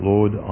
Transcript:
Lord